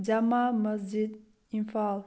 Jama Masjid Imphal